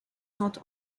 not